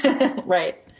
Right